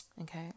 Okay